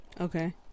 Okay